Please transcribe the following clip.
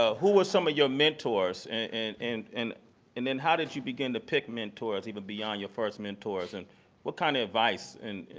ah who were some of your mentors? and and and and then how did you begin to pick mentors even beyond your first mentors and what kind of advice and,